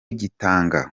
gitanga